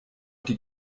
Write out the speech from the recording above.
die